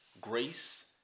Grace